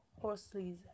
Horsley's